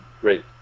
great